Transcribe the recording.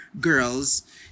girls